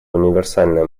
универсальной